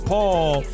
Paul